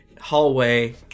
hallway